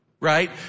right